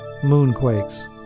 moonquakes